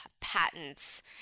patents